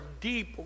deep